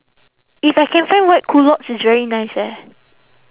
if I can find white culottes it's very nice eh